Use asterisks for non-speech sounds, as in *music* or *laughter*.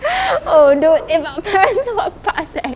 *laughs* oh dude if